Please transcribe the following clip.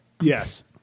yes